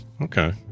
Okay